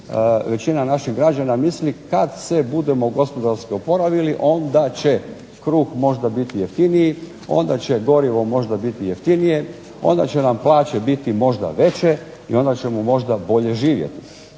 većina naših građana misli kad se budemo gospodarski oporavili onda će kruh možda biti jeftiniji, onda će gorivo možda biti jeftinije, onda će nam plaće biti možda veće, i onda ćemo možda bolje živjeti.